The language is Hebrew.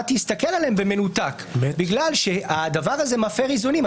תסתכל עליהם במנותק מכיוון שהדבר הזה מפר איזונים.